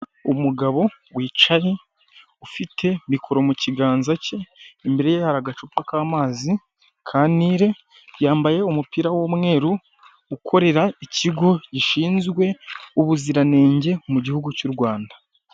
Umugabo wicaye ufite mikoro mu kiganza cye, imbere ye hari agacupa k'amazi ka Nile, yambaye umupira w'umweru ukorera ikigo gishinzwe ubuziranenge mu gihugu cy'u Rwanda.